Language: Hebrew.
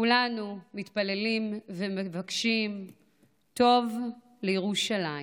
כולנו מתפללים ומבקשים טוב לירושלים.